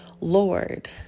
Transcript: Lord